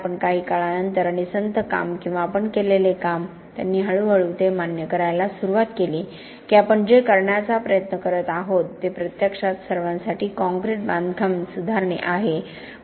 पण काही काळानंतर आणि संथ काम किंवा आपण केलेले काम त्यांनी हळूहळू हे मान्य करायला सुरुवात केली की आपण जे करण्याचा प्रयत्न करत आहोत ते प्रत्यक्षात सर्वांसाठी काँक्रीट बांधकाम सुधारणे आहे